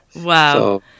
Wow